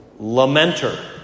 lamenter